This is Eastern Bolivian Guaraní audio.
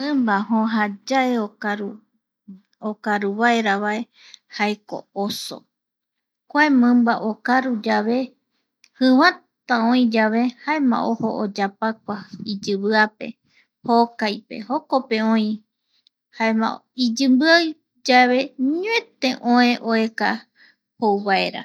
Mimba jojayae okaru okaru vaera jaeko oso kua mimba okaru yave jivata oi yave jaema ojo oyapakua iyiviape jokaipe jokope oï jaema iyimbiai yave ñoete oë oeka.